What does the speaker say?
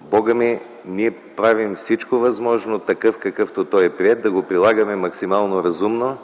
Бога ми, ние правим всичко възможно такъв, какъвто е приет, да го прилагаме максимално разумно.